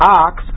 ox